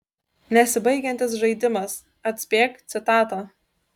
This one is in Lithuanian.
nesibaigiantis žaidimas atspėk citatą